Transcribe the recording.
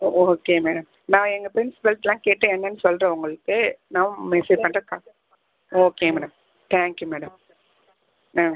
ஓ okay ma'am நான் எங்கள் ப்ரின்ஸ்பல்ட்டலாம் கேட்டு என்னென்னு சொல்கிறேன் உங்களுக்கு நான் மெசேஜ் பண்ணுறேன் call okay madam thank you madam ah